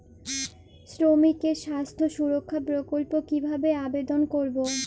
শ্রমিকের স্বাস্থ্য সুরক্ষা প্রকল্প কিভাবে আবেদন করবো?